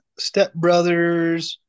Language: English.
stepbrothers